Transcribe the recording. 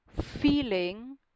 feeling